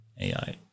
AI